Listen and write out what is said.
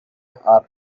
are